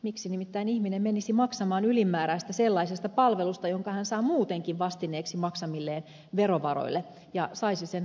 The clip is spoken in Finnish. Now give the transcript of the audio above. miksi nimittäin ihminen menisi maksamaan ylimääräistä sellaisesta palvelusta jonka hän saa muutenkin vastineeksi maksamilleen verovaroille ja saisi sen laadukkaana